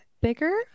bigger